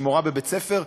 שהיא מורה בבית ספר,